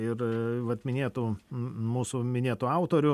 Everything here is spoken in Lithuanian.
ir vat minėtų mūsų minėtų autorių